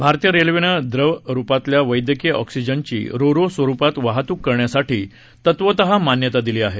भारतीय रेल्वेनं द्रव रूपातल्या वैद्यकीय ऑक्सिजनची रो रो स्वरूपात वाहतूक करण्यासाठी तत्वतः मान्यता दिली आहे